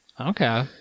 okay